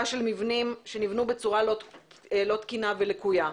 של מבנים שנבנו בצורה לא תקינה ולקויה.